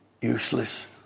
useless